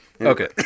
Okay